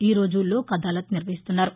ఈరోజు లోక్ అదాలత్ నిర్వహిస్తున్నారు